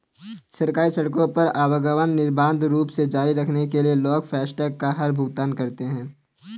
सरकारी सड़कों पर आवागमन निर्बाध रूप से जारी रखने के लिए लोग फास्टैग कर का भुगतान करते हैं